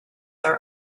our